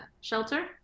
shelter